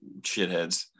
shitheads